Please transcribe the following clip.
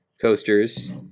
coasters